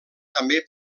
també